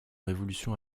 révolution